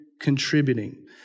contributing